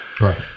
Right